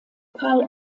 karl